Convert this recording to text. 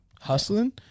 Hustling